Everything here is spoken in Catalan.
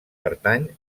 pertany